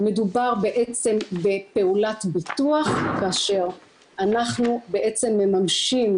מדובר בעצם בפעולת ביטוח כאשר אנחנו בעצם מממשים